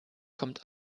kommt